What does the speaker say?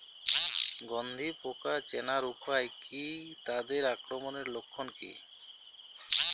গন্ধি পোকা চেনার উপায় কী তাদের আক্রমণের লক্ষণ কী?